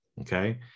okay